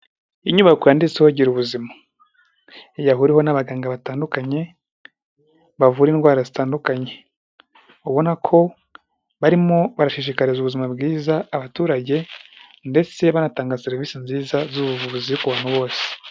Inyubako yanditseho gira ubuzima. Yahuriweho n'abaganga batandukanye bavura indwara zitandukanye. Ubona ko barimo barashishikariza ubuzima bwiza abaturage ndetse banatanga serivisi nziza z'ubuvuzi ku bantu bose